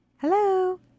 hello